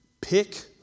pick